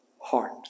heart